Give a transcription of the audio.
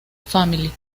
family